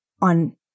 on